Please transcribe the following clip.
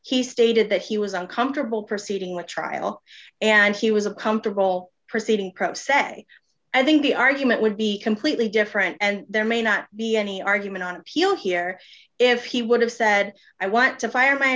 he stated that he was uncomfortable proceeding with trial and he was a comfortable proceeding pro se i think the argument would be completely different and there may not be any argument on appeal here if he would have said i want to fire my